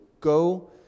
Go